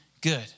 good